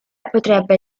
potrebbe